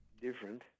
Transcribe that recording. Different